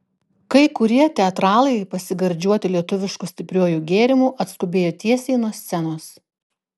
kai kurie teatralai pasigardžiuoti lietuvišku stipriuoju gėrimu atskubėjo tiesiai nuo scenos